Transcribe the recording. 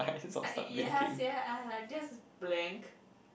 uh uh ya sia I like just blank